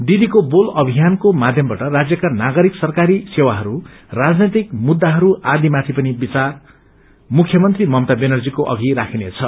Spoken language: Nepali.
दिदीको बाल अभियान को माध्यमबाट राज्यका नागरिक सरकारी सेवाहरू राजनैतिक मुद्दाहरू आदिमाथि पनि आफ्नो विचार मुख्यमन्त्री मम्ता व्यानर्जीको अघि राखिनेछ